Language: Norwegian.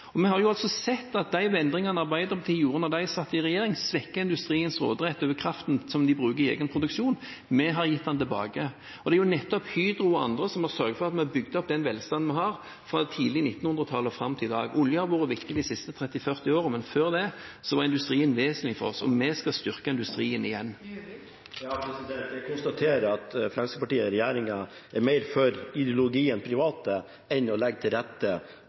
Vi har sett at de endringene Arbeiderpartiet gjorde da de satt i regjering, svekket industriens råderett over kraften som de bruker i egen produksjon. Vi har gitt den tilbake. Det er nettopp Hydro og andre som har sørget for at vi har bygd opp den velstanden vi har, fra tidlig på 1900-tallet og fram til i dag. Oljen har vært viktig de siste 30–40 årene, men før det var industrien vesentlig for oss – og vi skal styrke industrien igjen. Jeg konstaterer at Fremskrittspartiet og regjeringen er mer for ideologien «privat» enn å legge til rette